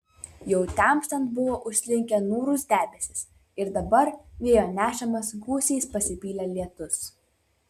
jau temstant buvo užslinkę niūrūs debesys ir dabar vėjo nešamas gūsiais pasipylė lietus